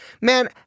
man